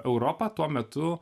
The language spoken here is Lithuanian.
europą tuo metu